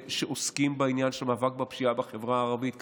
שעוסקים בעניין של מאבק בפשיעה הערבית,